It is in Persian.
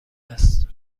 است